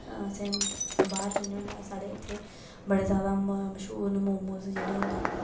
बाह्र जन्ने होन्ने आं साढ़े उत्थै बड़े जादा मश्हूर न मोमोज जेह्ड़े होंदे